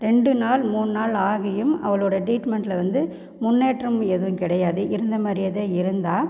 ரெண்டு நாள் மூண் நாள் ஆகியும் அவளோட ட்ரீட்மென்ட்டில் வந்து முன்னேற்றம் எதுவும் கிடையாது இருந்தமாதிரியேதான் இருந்தாள்